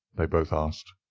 they both asked.